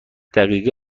دقیقه